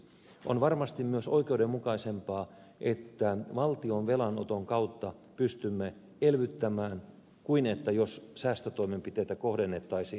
on varmasti myös oikeudenmukaisempaa että valtion velanoton kautta pystymme elvyttämään kuin jos säästötoimenpiteitä kohdennettaisiin